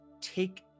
take